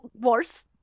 worse